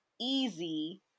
easy